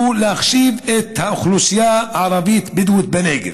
להחשיב את האוכלוסייה הערבית-בדואית בנגב.